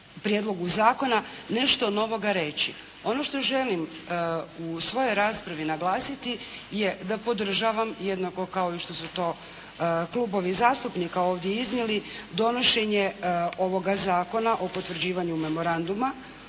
prijedlogu zakona nešto novoga reći. Ono što želim u svojoj raspravi naglasiti je da podržavam jednako kao što su to i klubovi zastupnika ovdje iznijeli donošenje ovoga Zakona o potvrđivanju Memoranduma